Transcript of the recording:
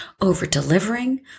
over-delivering